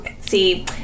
see